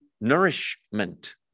nourishment